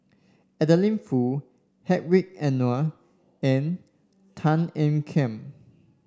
Adeline Foo Hedwig Anuar and Tan Ean Kiam